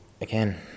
again